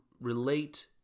relate